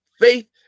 faith